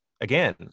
again